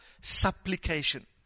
supplication